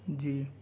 جی